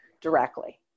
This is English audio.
directly